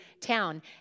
town